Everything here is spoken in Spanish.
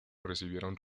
recibieron